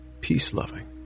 peace-loving